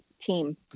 team